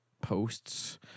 posts